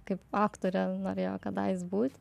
kaip aktorė norėjo kadais būt